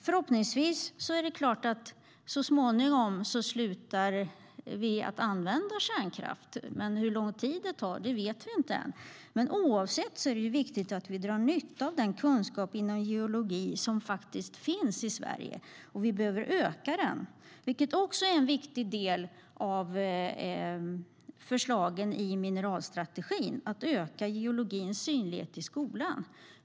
Förhoppningsvis slutar vi så småningom att använda kärnkraft, men hur lång tid det tar vet vi inte än. Oavsett detta är det viktigt att vi drar nytta av den kunskap inom geologi som finns i Sverige. Vi behöver öka den, vilket också är en viktig del av förslagen i mineralstrategin: att öka geologins synlighet i skolan.